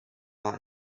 war